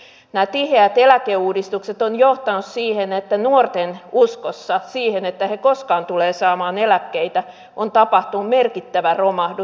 nämä tiheät eläkeuudistukset ovat johtaneet siihen että nuorten uskossa siihen että he koskaan tulevat saamaan eläkkeitä on tapahtunut merkittävä romahdus